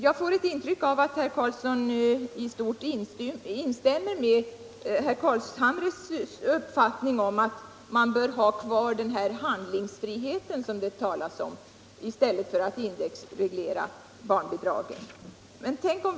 Jag fick ett intryck av att herr Karlsson i stort instämmer i herr Carlshamres uppfattning om att man i stället för att indexreglera barnbidraget bör ha kvar den handlingsfrihet som det talas om.